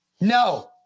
No